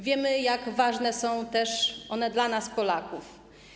Wiemy, jak ważne są one też dla nas, Polaków.